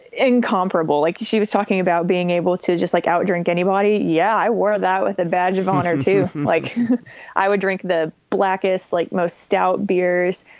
incomparable, like she was talking about being able to just like out drink anybody. yeah, i wear that with a badge of honor too. like i would drink. the black is like most stout beers.